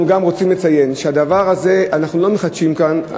אנחנו רוצים גם לציין שאנחנו לא מחדשים כאן.